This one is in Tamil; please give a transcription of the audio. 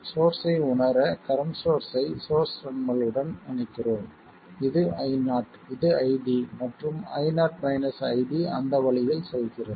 சோர்ஸ்ஸை உணர கரண்ட் சோர்ஸ்ஸை சோர்ஸ் டெர்மினல் உடன் இணைக்கிறோம் இது Io இது ID மற்றும் Io ID அந்த வழியில் செல்கிறது